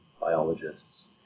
biologists